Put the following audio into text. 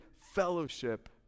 fellowship